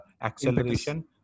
acceleration